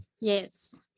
Yes